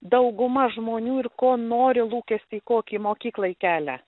dauguma žmonių ir ko nori lūkestį kokį mokyklai kelia